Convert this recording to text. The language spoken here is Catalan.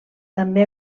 també